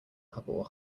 couple